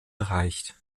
erreicht